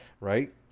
Right